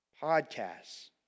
Podcasts